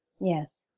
Yes